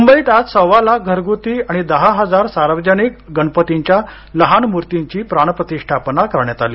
मुंबईत आज सव्वालाख घरगुती आणि दहा हजार सार्वजनिक गणपतींच्या लहान मूर्तींची प्राण प्रतिष्ठापना करण्यात आली